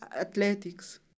athletics